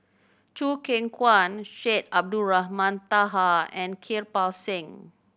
Choo Keng Kwang Syed Abdulrahman Taha and Kirpal Singh